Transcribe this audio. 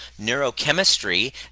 neurochemistry